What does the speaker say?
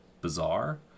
bizarre